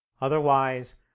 Otherwise